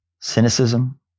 Cynicism